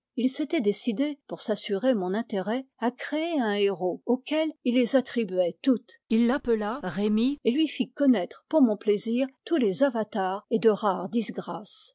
il s'était décidé pour s'assurer mon intérêt à créer un héros auquel il les attribuait toutes il l'appela rémy et lui fit connaître pour mon plaisir tous les avatars et de rares disgrâces